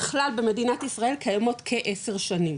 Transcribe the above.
בכלל במדינת ישראל קיימות כעשר שנים,